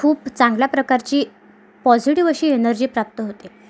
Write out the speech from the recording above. खूप चांगल्या प्रकारची पॉझिटिव्ह अशी एनर्जी प्राप्त होते